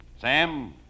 Sam